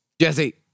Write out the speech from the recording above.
Jesse